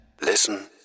Listen